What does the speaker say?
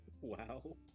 Wow